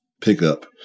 pickup